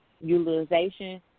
utilization